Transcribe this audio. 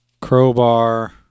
Crowbar